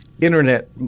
internet